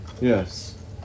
Yes